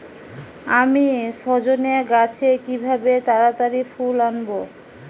আমি সজনে গাছে কিভাবে তাড়াতাড়ি ফুল আনব?